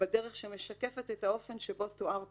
ובדרך שמשקפת את האופן שבו תואר פה,